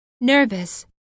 nervous